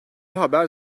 haber